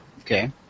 Okay